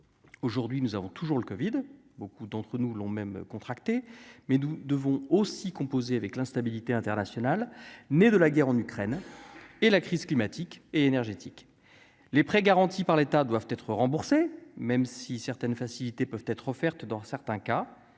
Aujourd'hui, nous avons toujours le Covid beaucoup d'entre nous l'ont même contracté mais nous devons aussi composer avec l'instabilité internationale née de la guerre en Ukraine et la crise climatique et énergétique, les prêts garantis par l'État doivent être remboursés, même si certaines facilités peuvent être offertes dans certains cas,